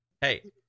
hey